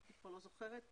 אני כבר לא זוכרת.